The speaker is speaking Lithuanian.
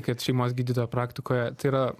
kad šeimos gydytojo praktikoje tai yra